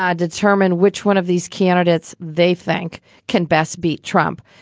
um determine which one of these candidates they think can best beat trump.